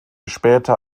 später